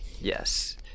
yes